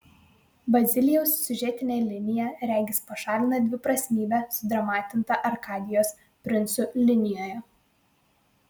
bazilijaus siužetinė linija regis pašalina dviprasmybę sudramatintą arkadijos princų linijoje